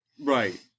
Right